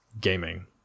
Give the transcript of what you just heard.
gaming